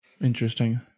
Interesting